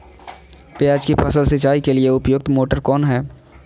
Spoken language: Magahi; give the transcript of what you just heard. प्याज की फसल सिंचाई के लिए उपयुक्त मोटर कौन है?